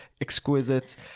exquisite